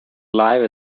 live